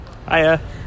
hiya